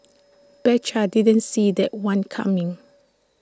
betcha didn't see that one coming